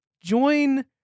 join